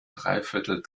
dreiviertel